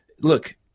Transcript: look